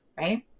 right